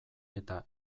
eta